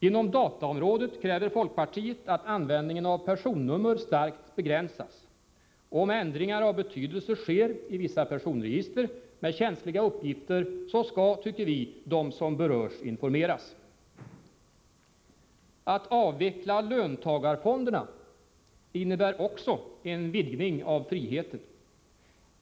Inom dataområdet kräver folkpartiet att användningen av personnummer starkt begränsas. Om ändringar av betydelse sker i vissa personregister med känsliga uppgifter skall, tycker vi, de som berörs informeras. Att avveckla löntagarfonderna innebär också en vidgning av friheten.